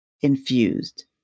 Infused